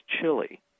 Chile